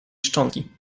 szczątki